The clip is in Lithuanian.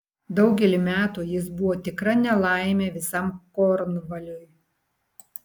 daugelį metų jis buvo tikra nelaimė visam kornvaliui